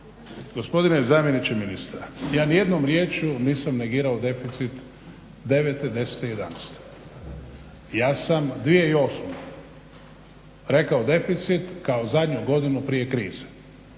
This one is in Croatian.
Gospodine zamjeniče ministra, ja ni jednom riječju nisam negirao deficit devete, desete i jedanaeste. Ja sam 2008. Rekao deficit kao zadnju godinu prije krize.